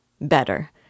Better